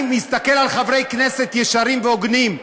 אני מסתכל על חברי כנסת ישרים והוגנים,